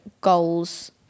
goals